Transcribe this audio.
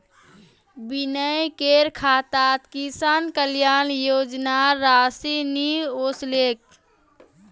विनयकेर खातात किसान कल्याण योजनार राशि नि ओसलेक